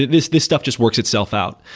this this stuff just works itself out.